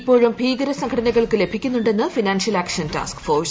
ഇപ്പോഴും ഭീകര സംഘടനകൾക്ക് ലഭിക്കുന്നുണ്ടെന്ന് ഫിനാൻഷ്യൽ ആക്ഷൻ ടാസ്ക് ഫോഴ്സ്